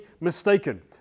mistaken